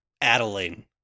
Adeline